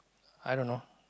i don't know